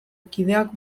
kideak